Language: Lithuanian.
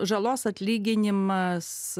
žalos atlyginimas